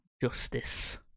justice